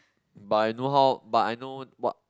but I know how but I know what